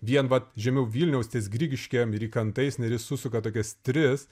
vien vat žemiau vilniaus ties grigiškėm rykantais neris susuka tokias tris